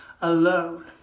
alone